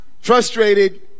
frustrated